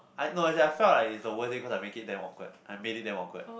ah no as in I felt like it's the worst date cause I make it damn awkward I made it damn awkward